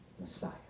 Messiah